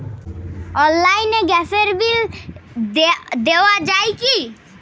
অনলাইনে গ্যাসের বিল দেওয়া যায় কি?